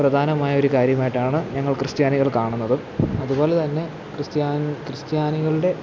പ്രധാനമായൊരു കാര്യമായിട്ടാണ് ഞങ്ങള് ക്രിസ്ത്യാനികള് കാണുന്നതും അതു പോലെ തന്നെ ക്രിസ്ത്യാ ക്രിസ്ത്യാനികളുടെ